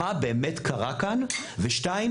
מה באמת קרה כאן ושתיים,